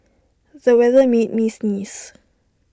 the weather made me sneeze